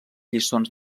lliçons